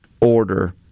order